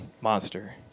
monster